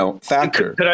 factor